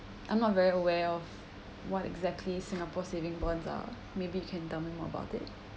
I'm not very aware of what exactly singapore saving bonds are maybe you can tell me more about it